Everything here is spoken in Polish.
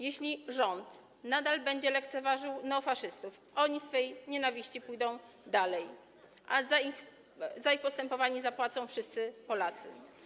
Jeśli rząd nadal będzie lekceważył neofaszystów, oni w swej nienawiści pójdą dalej, a za ich postępowanie zapłacą wszyscy Polacy.